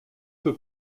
peu